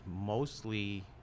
mostly